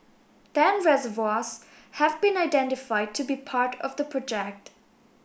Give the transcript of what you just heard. ten reservoirs have been identified to be part of the project